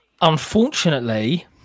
unfortunately –